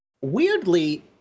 weirdly